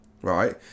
right